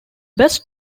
best